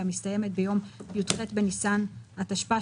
והמסתיימת ביום י"ח בניסן התשפ"א,